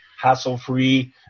hassle-free